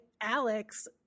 Alex